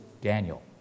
Daniel